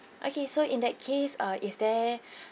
okay so in that case uh is there